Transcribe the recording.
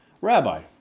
Rabbi